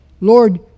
Lord